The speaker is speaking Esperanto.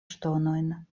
ŝtonojn